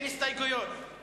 תקציב משרד הביטחון.